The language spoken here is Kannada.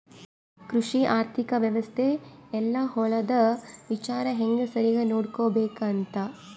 ಕೃಷಿ ಆರ್ಥಿಕ ವ್ಯವಸ್ತೆ ಯೆಲ್ಲ ಹೊಲದ ವಿಚಾರ ಹೆಂಗ ಸರಿಗ ನೋಡ್ಕೊಬೇಕ್ ಅಂತ